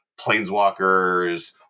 planeswalkers